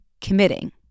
committing